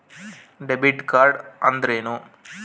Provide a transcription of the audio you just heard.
Debit card ಅಂದ್ರೇನು?